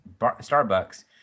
Starbucks